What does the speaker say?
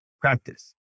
practice